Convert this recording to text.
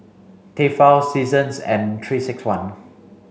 Tefal Seasons and three six one